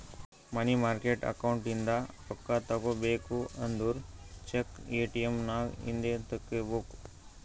ಮನಿ market account ಇಂದ ರೊಕ್ಕಾ ತಗೋಬೇಕು ಅಂದುರ್ ಚೆಕ್, ಎ.ಟಿ.ಎಮ್ ನಾಗ್ ಇಂದೆ ತೆಕ್ಕೋಬೇಕ್